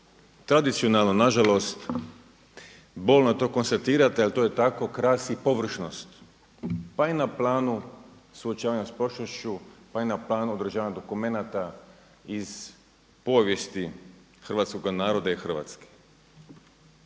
tradicionalno na žalost bolno je to konstatirat ali to je tako krasi površnost pa i na planu suočavanja s prošlošću, pa i na planu održavanja dokumenata iz povijesti hrvatskoga naroda i Hrvatske.